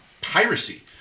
piracy